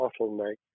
bottleneck